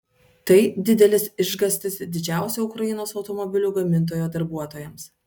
tai didelis išgąstis didžiausio ukrainos automobilių gamintojo darbuotojams